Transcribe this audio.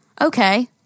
Okay